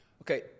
okay